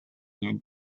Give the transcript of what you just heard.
new